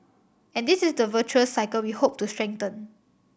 and this is the virtuous cycle we hope to strengthen